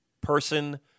person